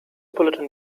bulletin